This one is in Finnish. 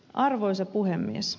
arvoisa puhemies